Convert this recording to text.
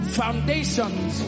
foundations